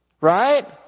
Right